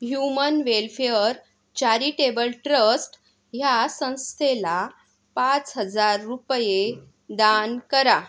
human welfare charitable trust ह्या संस्थेला पाच हजार रुपये दान करा